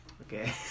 Okay